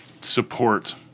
support